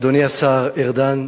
אדוני השר ארדן,